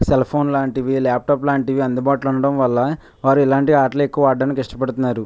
cell phone లాంటివి laptop లాంటివి అందుబాటులో ఉండడం వల్ల వారు ఇలాంటి ఆటలు ఎక్కువ ఆడడానికి ఇష్టపడుతున్నారు